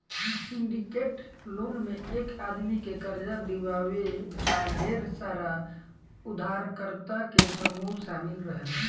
syndicate loan में एक आदमी के कर्जा दिवावे ला ढेर सारा उधारकर्ता के समूह शामिल रहेला